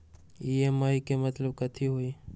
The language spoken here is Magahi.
ई.एम.आई के मतलब कथी होई?